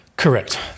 Correct